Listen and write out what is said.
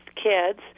kids